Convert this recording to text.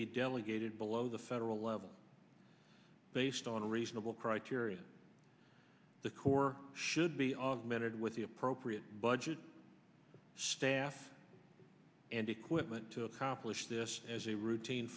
be delegated below the federal level based on race well criterion the corps should be augmented with the appropriate budget staff and equipment to accomplish this as a routine